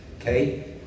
okay